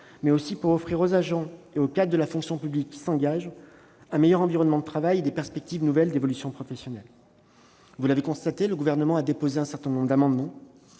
mais aussi d'offrir aux agents et aux cadres de la fonction publique, qui s'engagent au quotidien, un meilleur environnement de travail et des perspectives nouvelles d'évolution professionnelle. Vous l'avez constaté, le Gouvernement a déposé un certain nombre d'amendements.